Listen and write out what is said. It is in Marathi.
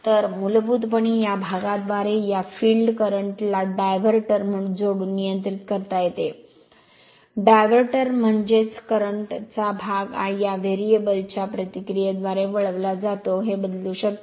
तर मूलभूतपणे या भागाद्वारे या फिल्ड करंट ला डायव्हर्टर जोडून नियंत्रित करता येते डायव्हर्टर म्हणजे करंट चा भाग या व्हेरिएबल च्या प्रतिक्रियेद्वारे वळविला जातो हे बदलू शकते